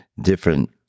different